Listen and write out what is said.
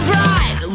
right